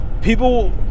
people